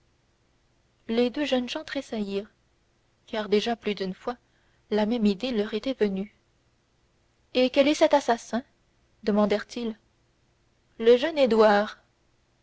les deux jeunes gens tressaillirent car déjà plus d'une fois la même idée leur était venue et quel est cet assassin demandèrent ils le jeune édouard